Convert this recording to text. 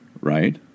right